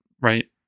right